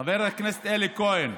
חבר הכנסת אלי כהן,